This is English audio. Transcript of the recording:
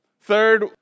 Third